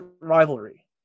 rivalry